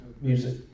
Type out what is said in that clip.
music